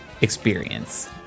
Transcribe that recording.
experience